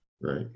Right